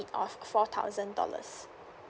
of four thousand dollars